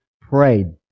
prayed